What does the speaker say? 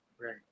Right